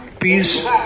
peace